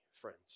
friends